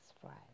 Friday